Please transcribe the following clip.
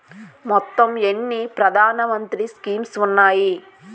మొత్తం ఎన్ని ప్రధాన మంత్రి స్కీమ్స్ ఉన్నాయి?